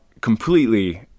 completely